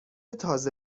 تازه